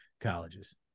colleges